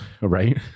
right